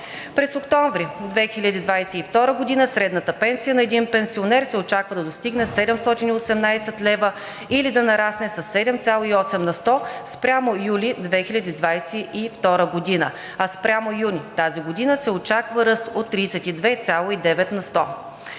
През октомври 2022 г. средната пенсия на един пенсионер се очаква да достигне 718 лв. или да нарасне със 7,8 на сто спрямо юли 2022 г., а спрямо юни тази година се очаква ръст от 32,9 на сто.